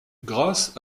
grâce